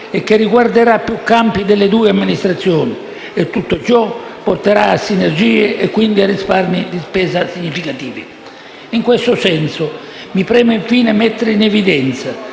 e che riguarderà più campi delle due Amministrazioni e tutto ciò porterà a sinergie e, quindi, a risparmi di spesa significativi. In questo senso, mi preme, infine, mettere in evidenza